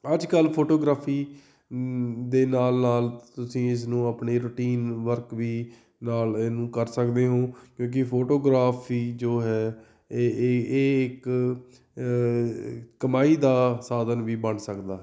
ਅੱਜ ਕੱਲ੍ਹ ਫੋਟੋਗ੍ਰਾਫੀ ਦੇ ਨਾਲ ਨਾਲ ਤੁਸੀਂ ਇਸਨੂੰ ਆਪਣੀ ਰੂਟੀਨ ਵਰਕ ਵੀ ਨਾਲ ਇਹਨੂੰ ਕਰ ਸਕਦੇ ਹੋ ਕਿਉਂਕਿ ਫੋਟੋਗ੍ਰਾਫੀ ਜੋ ਹੈ ਇਹ ਇਹ ਇਹ ਇੱਕ ਕਮਾਈ ਦਾ ਸਾਧਨ ਵੀ ਬਣ ਸਕਦਾ ਹੈ